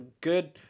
good